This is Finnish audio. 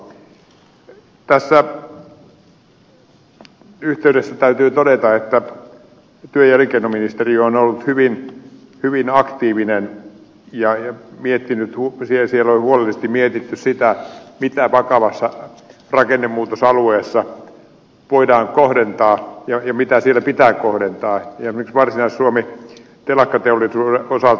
tässä yhteydessä täytyy todeta että työ ja elinkeinoministeriö on ollut hyvin aktiivinen ja siellä oli huolellisesti mietitty sitä mitä vakavassa rakennemuutosalueessa voidaan kohdentaa ja mitä siellä pitää kohdentaa esimerkiksi varsinais suomen telakkateollisuuden osalta